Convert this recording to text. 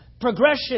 Progression